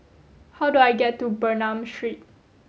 how do I get to Bernam Street